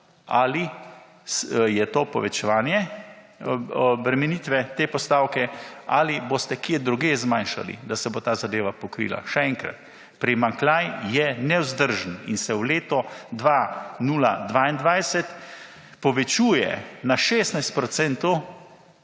Ali je to povečevanje obremenitve te postavke ali boste kje drugje zmanjšali, da se bo ta zadeva pokrila? Še enkrat, primanjkljaj je nevzdržen in se v leto 2022 povečuje na 16